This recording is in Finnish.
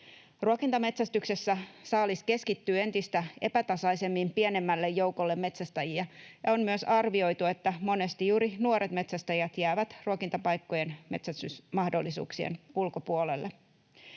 Ruokintametsästyksessä saalis keskittyy entistä epätasaisemmin pienemmälle joukolle metsästäjiä, ja on myös arvioitu, että monesti juuri nuoret metsästäjät jäävät ruokintapaikkojen metsästysmahdollisuuksien ulkopuolelle.